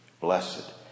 Blessed